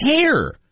care